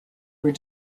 were